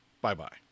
Bye-bye